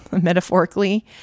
metaphorically